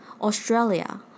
Australia